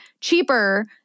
cheaper